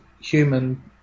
human